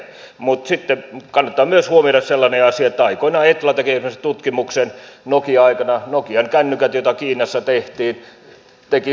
mutta sitten kannattaa myös huomioida sellainen asia että aikoinaan etla teki esimerkiksi tutkimuksen jonka mukaan nokia aikana nokian kännykät joita kiinassa tehtiin tekivät suomelle verotulot